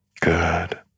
Good